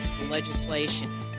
legislation